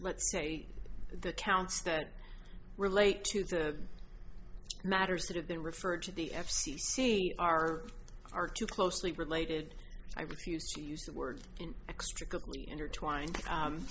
let's say the counts that relate to the matters that have been referred to the f c c are are too closely related i refuse to use that word in extra intertwined